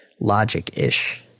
logic-ish